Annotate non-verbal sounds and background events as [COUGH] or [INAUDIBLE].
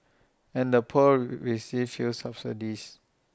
and the poor [UNINTELLIGIBLE] received few subsidies